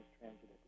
transit